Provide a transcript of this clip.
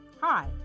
Hi